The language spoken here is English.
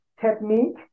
technique